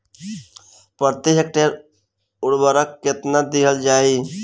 प्रति हेक्टेयर उर्वरक केतना दिहल जाई?